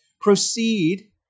proceed